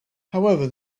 however